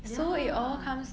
ya